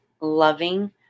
loving